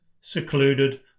secluded